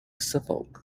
suffolk